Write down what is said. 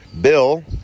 Bill